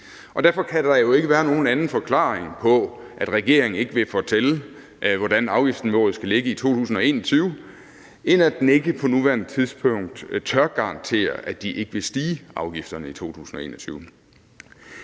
derfor kan der jo ikke være nogen anden forklaring på, at regeringen ikke vil fortælle, hvor afgiftsniveauet skal ligge i 2020, end at den ikke på nuværende tidspunkt tør garantere, at afgifterne ikke vil stige i 2021.